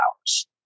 hours